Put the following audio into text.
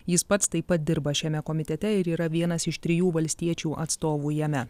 jis pats taip pat dirba šiame komitete ir yra vienas iš trijų valstiečių atstovų jame